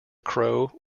crow